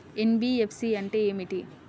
NBFC అంటే ఏమిటి?